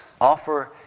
offer